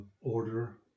order